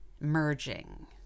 merging